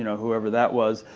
you know whoever that was,